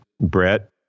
Brett